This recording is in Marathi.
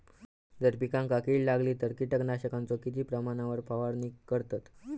जर पिकांका कीड लागली तर कीटकनाशकाचो किती प्रमाणावर फवारणी करतत?